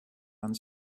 and